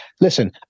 Listen